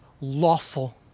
lawful